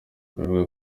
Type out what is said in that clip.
bivugwa